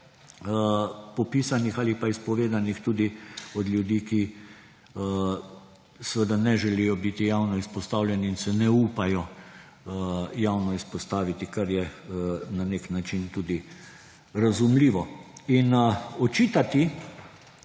ali pa izpovedanih tudi od ljudi, ki seveda ne želijo biti javno izpostavljeni in si ne upajo javno izpostaviti, kar je na nek način tudi razumljivo. In očitati